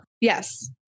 Yes